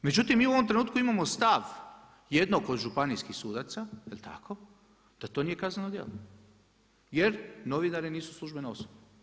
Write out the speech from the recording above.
Međutim mi u ovom trenutku imamo stav jednog od županijskih sudaca, jel tako, da to nije kazneno djelo jer novinari nisu službene osobe.